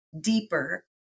deeper